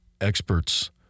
experts